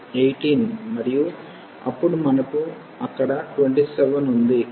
కాబట్టి ఇది 18 మరియు అప్పుడు మనకు అక్కడ 27 ఉంది